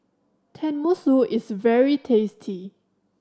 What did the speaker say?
tenmusu is very tasty